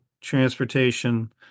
transportation